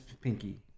pinky